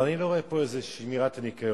אבל אני לא רואה פה איזה שמירת ניקיון.